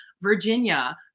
Virginia